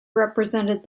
represented